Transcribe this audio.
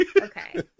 Okay